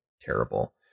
terrible